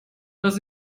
dass